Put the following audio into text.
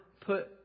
put